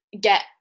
get